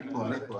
אני פה.